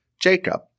Jacob